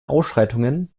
ausschreitungen